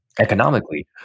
economically